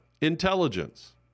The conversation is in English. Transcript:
intelligence